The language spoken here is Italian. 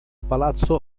palazzo